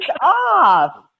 Off